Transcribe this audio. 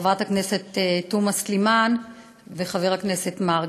חברת הכנסת תומא סלימאן וחבר הכנסת מרגי.